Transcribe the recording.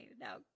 now